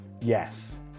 Yes